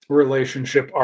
relationship